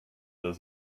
does